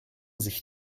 sich